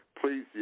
please